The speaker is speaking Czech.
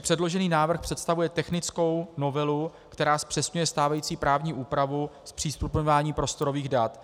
Předložený návrh představuje technickou novelu, která zpřesňuje stávající právní úpravu zpřístupňování prostorových dat.